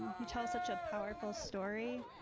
you tell such a powerful story,